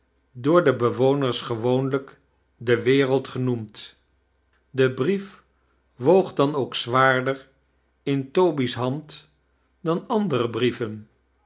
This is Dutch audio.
door de bewoners gewoonlijk de wereld genoemd de brief woog dan ook zwaarder in toby's hand dan andere brieven